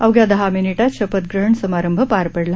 अवघ्या दहा मिनिटात शपथग्रहण सभारंभ पार पडला